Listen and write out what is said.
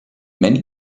many